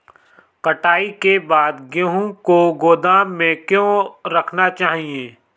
कटाई के बाद गेहूँ को गोदाम में क्यो रखना चाहिए?